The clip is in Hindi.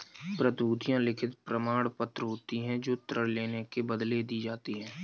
प्रतिभूतियां लिखित प्रमाणपत्र होती हैं जो ऋण लेने के बदले दी जाती है